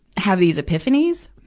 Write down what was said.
have these epiphanies.